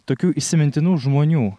tokių įsimintinų žmonių